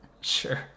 sure